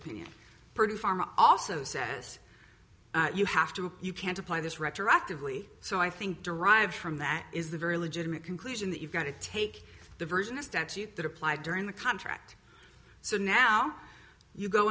opinion farmer also says you have to you can't apply this retroactively so i think derived from that is the very legitimate conclusion that you've got to take the version of statute that applied during the contract so now you go